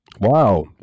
Wow